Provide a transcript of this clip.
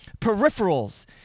peripherals